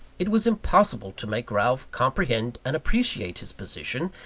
it was impossible to make ralph comprehend and appreciate his position,